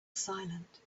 silent